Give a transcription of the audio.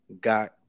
got